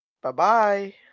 Bye-bye